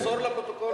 תמסור לפרוטוקול,